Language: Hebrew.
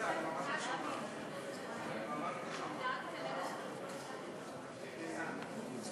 אנחנו גם מקבלים בברכה את ראש עיריית יוקנעם,